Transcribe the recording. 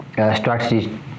strategies